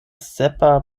sepa